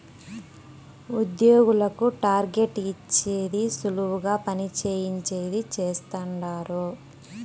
ఉద్యోగులకు టార్గెట్ ఇచ్చేది సులువుగా పని చేయించేది చేస్తండారు